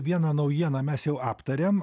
vieną naujieną mes jau aptarėm